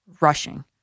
rushing